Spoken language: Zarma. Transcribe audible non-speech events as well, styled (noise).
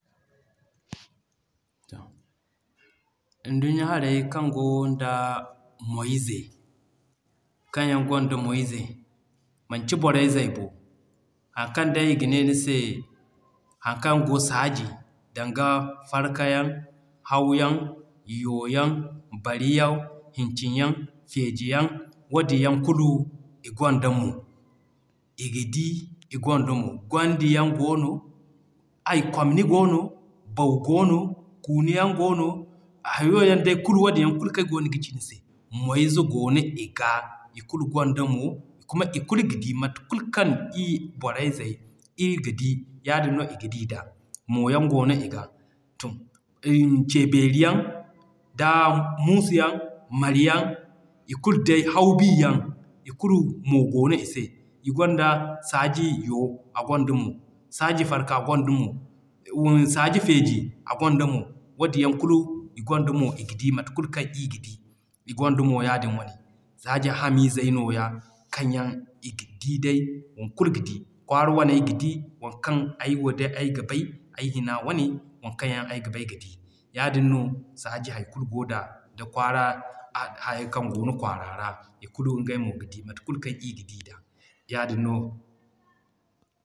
Nduɲɲa haray kaŋ goo da moy ze, kaŋ yaŋ gwanda moy ze, manci borey zey bo haŋ kaŋ day iga ne ni se, haŋ kaŋ goo saaji danga Farka yaŋ Hawyaŋ, Yoo yaŋ, Bariyaŋ Hincin yaŋ, Feeji yaŋ. Woodin yaŋ kulu, i gwanda moo. Iga di i gwanda moo Gwandi yaŋ goono, (hesitation) Komni goono, Baw goono, Kuunu yaŋ goono, hayo yaŋ day kulu wadin yaŋ kulu kaŋ ay goono ga ci ni se moy ze goono iga. I kulu gwanda moo kuma i kulu ga di mate kulu kaŋ ii borey zey ir ga di, yaadin no iga di da. Moo yaŋ goono iga (hesitation) Ce Beeri yaŋ da Muusu yaŋ, Mari yaŋ i kulu day, Haw bi yaŋ i kulu moo goono i se. I gwanda saaji Yoo, a gwanda moo, Saaji farka a gwanda moo, Saaji Feeji a gwanda moo. Woodin yaŋ kulu i gwanda moo i ga di mate kulu kaŋ ii ga di, i gwanda moo yaadin wane. Saaji ham izey nooya kaŋ yaŋ i ga di day. Won kulu ga di. Kwaara waney ga di, won kaŋ ay wo day ay ga bay ay hina wane, waŋ kaŋ yaŋ ayga bay, ga di. Yaadin no saaji hay kulu goo da kwaara hayey kaŋ goono kwaara ra i kulu ngey mo ga di mate kulu kaŋ ii ga di da, yaadin no.